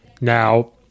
Now